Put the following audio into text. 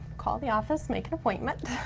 call the office, make an appointment.